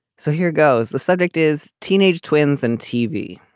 so here goes the subject is teenage twins and tv.